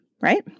right